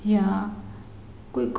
યા કોઈક